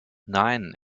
nein